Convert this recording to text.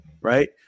right